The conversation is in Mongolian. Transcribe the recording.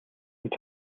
гэж